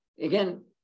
again